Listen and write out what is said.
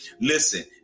Listen